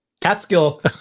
Catskill